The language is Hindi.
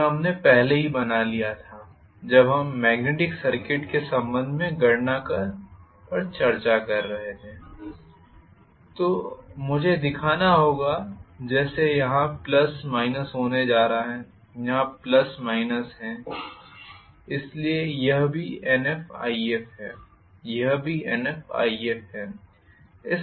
यह हमने पहले ही बना लिया था जब हम मेग्नेटिक सर्किट के संबंध में गणना पर चर्चा कर रहे थे तो मुझे यह दिखाना होगा जैसे यहाँ प्लस माइनस होने जा रहा है यहाँ प्लस माइनस है इसलिए यह भी NfIf है यह भी NfIf है